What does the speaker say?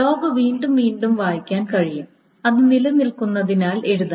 log വീണ്ടും വീണ്ടും വായിക്കാൻ കഴിയും അത് നിലനിൽക്കുന്നതിനാൽ എഴുതാം